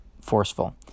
forceful